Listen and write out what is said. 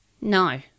No